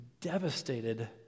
devastated